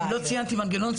לא ציינתי מנגנון,